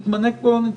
מתמנה כמו הנציג,